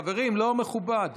חברים, לא מכובד.